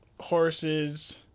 horses